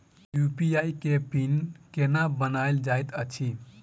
UPI केँ pin केना बनायल जाइत अछि